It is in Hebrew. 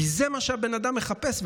כי זה מה שהבן אדם מחפש,